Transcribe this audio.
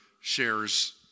shares